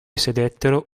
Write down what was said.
sedettero